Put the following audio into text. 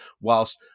whilst